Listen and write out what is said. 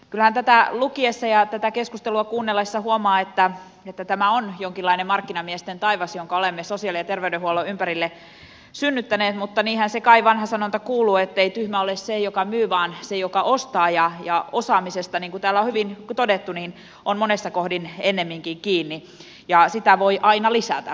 kyllähän tätä lukiessa ja tätä keskustelua kuunnellessa huomaa että tämä on jonkinlainen markkinamiesten taivas jonka olemme sosiaali ja terveydenhuollon ympärille synnyttäneet mutta niinhän se vanha sanonta kai kuuluu ettei tyhmä ole se joka myy vaan se joka ostaa ja osaamisesta niin kuin täällä on hyvin todettu on monessa kohdin ennemminkin kiinni ja sitä voi aina lisätä onneksi näin